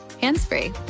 hands-free